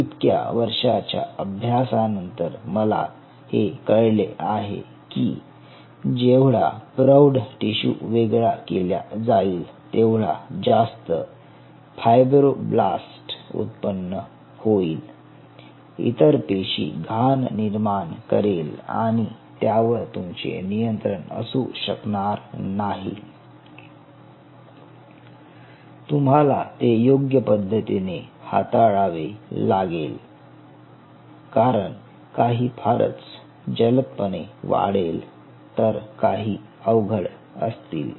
इतक्या वर्षांच्या अभ्यासानंतर मला हे कळले आहे की जेवढा प्रौढ टिशू वेगळा केल्या जाईल तेवढा जास्त फायब्रोब्लास्ट उत्पन्न होईल इतर पेशी घाण निर्माण करेल आणि त्यावर तुमचे नियंत्रण असू शकणार नाही तुम्हाला ते योग्य पद्धतीने हाताळावे लागतील कारण काही फारच जलदपणे वाढेल तर काही अवघड असतील